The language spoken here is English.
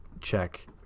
check